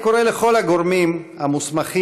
אני קורא לכל הגורמים המוסמכים,